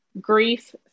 grief